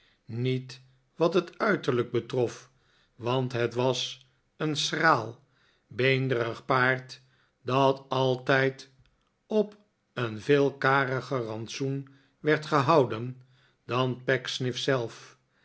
niet wat net uiterlijk betrof want het was een schraal beenderig paard dat altijd op een veel kariger rantsoen werd gehouden dan pecksniff zelf